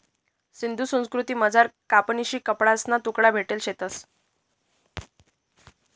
सिंधू संस्कृतीमझार कपाशीना कपडासना तुकडा भेटेल शेतंस